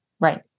Right